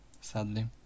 sadly